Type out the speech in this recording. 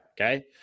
Okay